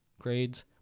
grades